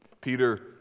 Peter